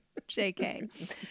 JK